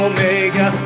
Omega